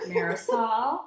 Marisol